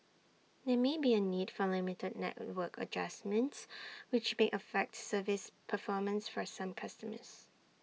there may be A need for limited network adjustments which may affect service performance for some customers